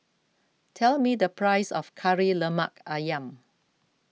tell me the price of Kari Lemak Ayam